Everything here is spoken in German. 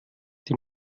die